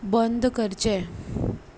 बंद करचें